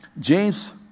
James